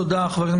תודה רבה.